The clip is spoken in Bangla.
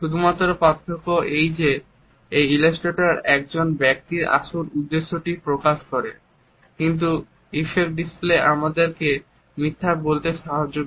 শুধুমাত্র পার্থক্য এই যে ইলাস্ট্রেটর একজন ব্যক্তির আসল উদ্দেশ্যটি প্রকাশ করে